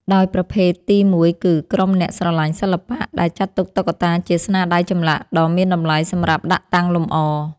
ដោយប្រភេទទីមួយគឺ ក្រុមអ្នកស្រឡាញ់សិល្បៈ ដែលចាត់ទុកតុក្កតាជាស្នាដៃចម្លាក់ដ៏មានតម្លៃសម្រាប់ដាក់តាំងលម្អ។